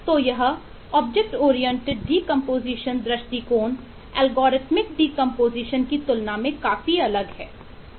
तो यह object oriented decomposition की तुलना में काफी अलग है